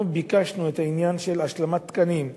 אנחנו ביקשנו את העניין של השלמת תקנים,